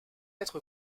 être